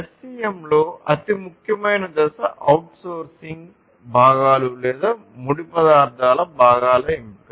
SCM లో అతి ముఖ్యమైన దశ అవుట్సోర్సింగ్ భాగాలు లేదా ముడి పదార్థాల భాగాల ఎంపిక